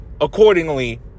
Accordingly